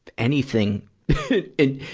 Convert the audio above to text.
anything in,